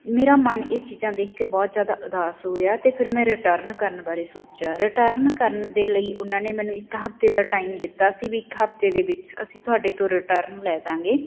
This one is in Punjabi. ਮੇਰਾ ਮਨ ਇਹ ਚੀਜ਼ਾਂ ਦੇਖ ਕੇ ਬਹੁਤ ਜ਼ਿਆਦਾ ਉਦਾਸ ਹੋਇਆ ਅਤੇ ਫਿਰ ਮੈਂ ਰਿਟਰਨ ਕਰਨ ਬਾਰੇ ਸੋਚਿਆ ਰਿਟਰਨ ਕਰਨ ਦੇ ਲਈ ਉਹਨਾਂ ਨੇ ਮੈਨੂੰ ਇੱਕ ਹਫ਼ਤੇ ਦਾ ਟਾਈਮ ਦਿੱਤਾ ਸੀ ਵੀ ਇੱਕ ਹਫ਼ਤੇ ਦੇ ਵਿੱਚ ਅਸੀਂ ਤੁਹਾਡੇ ਤੋਂ ਰਿਟਰਨ ਲੈ ਜਾਂਗੇ